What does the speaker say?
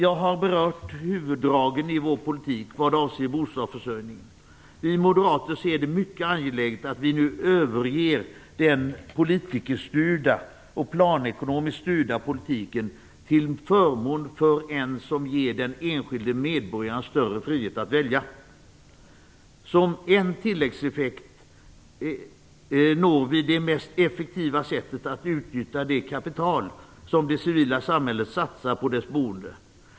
Jag har berört huvuddragen i vår politik vad gäller bostadsförsörjningen. Vi moderater ser det som mycket angeläget att man nu överger den politikerstyrda och planekonomiskt styrda politiken till förmån för en politik som ger den enskilde medborgaren större frihet att välja. Som en tilläggseffekt uppnår vi det mest effektiva sättet att utnyttja det kapital som det civila samhället satsar på boendet.